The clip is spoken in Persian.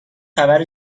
خبر